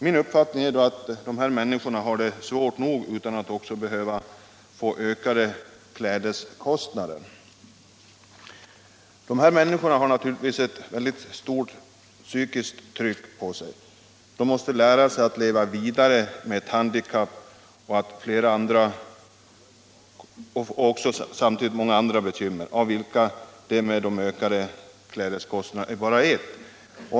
Min uppfattning är att dessa människor har det svårt nog utan att också behöva drabbas av dessa ökade klädeskostnader. De har naturligtvis ett psykiskt tryck på sig. De måste lära sig att leva vidare med sitt handikapp och flera andra bekymmer, av vilka ökade klädkostnader bara är ett.